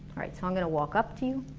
alright so i'm gonna walk up to you